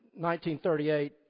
1938